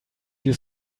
die